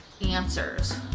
answers